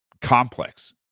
complex